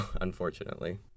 unfortunately